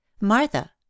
Martha